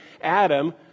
Adam